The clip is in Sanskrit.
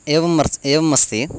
एवम्मर्स् एवमस्ति